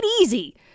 easy